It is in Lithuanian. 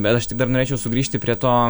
bet aš tik dar norėčiau sugrįžti prie to